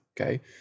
Okay